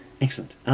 Excellent